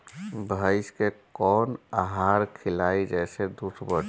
भइस के कवन आहार खिलाई जेसे दूध बढ़ी?